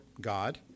God